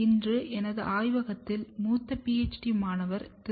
இன்று எனது ஆய்வகத்தில் மூத்த PHD மாணவர் திரு